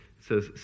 says